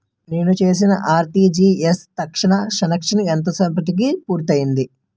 నేను చేసిన RTGS transaction ఎంత సేపటికి పూర్తి అవుతుంది?